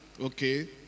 Okay